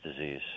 disease